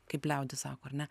kaip liaudis sako ar ne